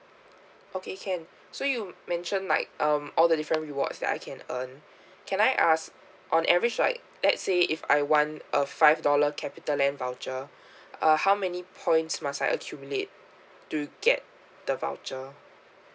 okay can so you mention like um all the different rewards that I can earn can I ask on average like let's say if I want a five dollar capitaland voucher uh how many points must I accumulate to get the voucher